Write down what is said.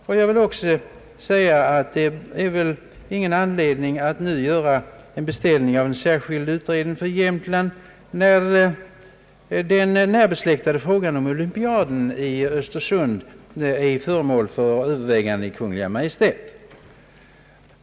Det finns så mycket mindre anledning att nu beställa en särskild utredning för Jämtland, då den närbesläktade frågan om förläggande av 1976 års olympiska vinterspel till Östersund är föremål för överväganden av Kungl. Maj:t.